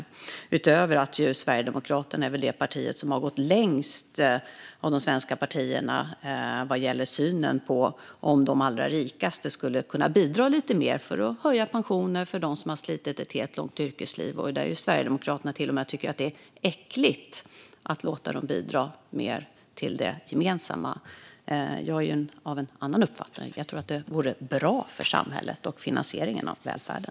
Det är utöver att Sverigedemokraterna väl är det parti som har gått längst av de svenska partierna vad gäller synen på om de allra rikaste skulle kunna bidra lite mer för att höja pensioner för dem som har slitit ett helt långt yrkesliv. Där tycker Sverigedemokraterna till och med att det är "äckligt" att låta dem bidra mer till det gemensamma. Jag är av en annan uppfattning. Jag tror att det vore bra för samhället och finansieringen av välfärden.